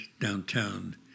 downtown